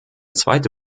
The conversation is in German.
zweite